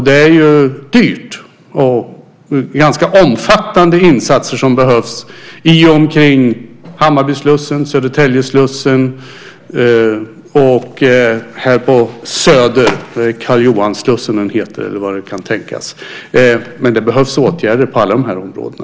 Det blir dyrt, och ganska omfattande insatser behövs i Hammarbyslussen, Södertäljeslussen och Carl Johan-slussen på Söder. Det behövs åtgärder i alla dessa områden.